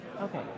Okay